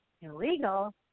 illegal